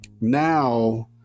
Now